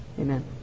Amen